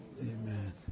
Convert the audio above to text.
Amen